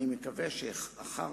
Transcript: אני מקווה שלאחר